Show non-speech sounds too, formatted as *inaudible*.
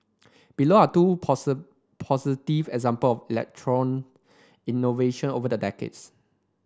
below are two *unintelligible* positive example of electoral innovation over the decades